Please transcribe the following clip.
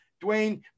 Dwayne